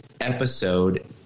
episode